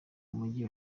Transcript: mujyi